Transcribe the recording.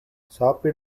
சாப்பிட